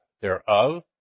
thereof